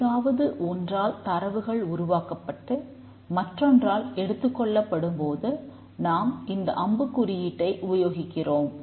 ஏதாவது ஒன்றால் தரவுகள் உருவாக்கப்பட்டு மற்றொன்றால் எடுத்துக்கொள்ளப்படும் போது நாம் இந்த அம்புக் குறியீட்டை உபயோகிக்கிறோம்